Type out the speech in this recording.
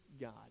God